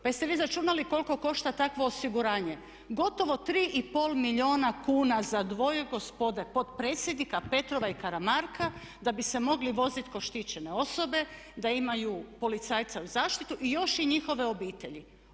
Pa jeste vi izračunali koliko košta takvo osiguranje, gotovo 3 i pol milijuna kuna za dvoje gospode potpredsjednika Petrova i Karamarka da bi se mogli voziti kao štićene osobe, da imaju policajca u zaštiti i još i njihove obitelji.